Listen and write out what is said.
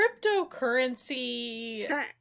cryptocurrency